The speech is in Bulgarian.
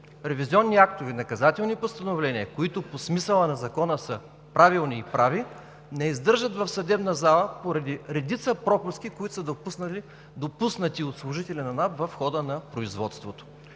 ревизионни актове, наказателни постановления, които по смисъла на Закона са правилни и прави, не издържат в съдебна зала, поради редица пропуски, които са допуснати от служители на НАП в хода на производството.